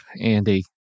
Andy